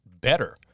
better